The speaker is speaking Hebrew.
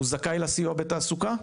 והוא זכאי לסיוע בתעסוקה?